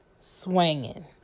swinging